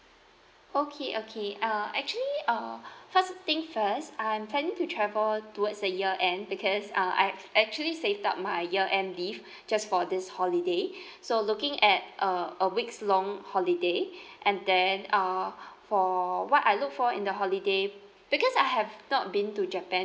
okay okay uh actually uh first thing first I'm planning to travel towards a year end because uh I actually saved up my year end leave just for this holiday so looking at uh a weeks long holiday and then uh for what I look for in the holiday because I have not been to japan